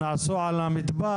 נעשו על המדבר?